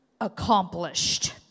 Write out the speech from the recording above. accomplished